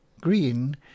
green